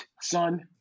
son